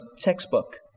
textbook